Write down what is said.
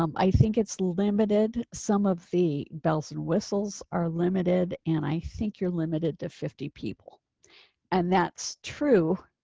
um i think it's limited. some of the bells and whistles are limited and i think you're limited to fifty people and that's true.